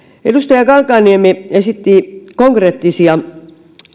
edustaja kankaanniemi esitti konkreettisia